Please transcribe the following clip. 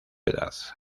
edad